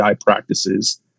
practices